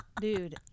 Dude